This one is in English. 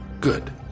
Good